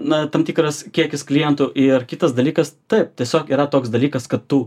na tam tikras kiekis klientų ir kitas dalykas taip tiesiog yra toks dalykas kad tu